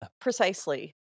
Precisely